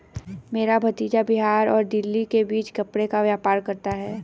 मेरा भतीजा बिहार और दिल्ली के बीच कपड़े का व्यापार करता है